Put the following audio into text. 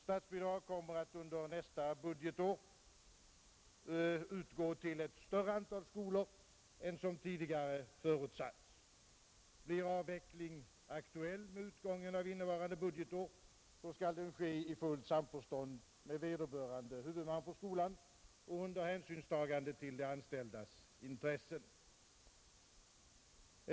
Statsbidrag kommer att under nästa budgetår utgå till ett större antal skolor än som tidigare förutsatts. Blir avveckling aktuell med utgången av innevarande budgetår, så skall den ske i fullt samförstånd med vederbörande huvudman för skolan och under hänsynstagande till de anställdas intressen.